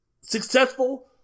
successful